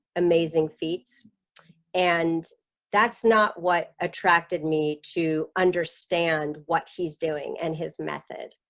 amazing feats and that's not what attracted me to understand what he's doing and his method,